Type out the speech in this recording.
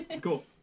Cool